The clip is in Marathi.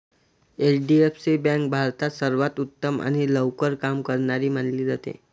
एच.डी.एफ.सी बँक भारतात सर्वांत उत्तम आणि लवकर काम करणारी मानली जाते